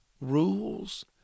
rules